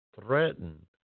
threatened